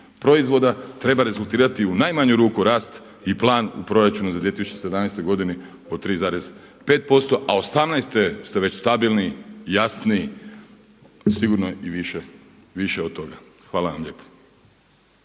proizvoda treba rezultirati u najmanju ruku rast i plan u proračunu za 2017. godini od 3,5% a osamnaeste ste već stabilni, jasni, sigurno i više od toga. Hvala vam lijepo.